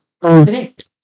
Correct